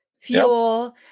fuel